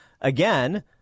again